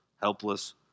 helpless